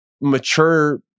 mature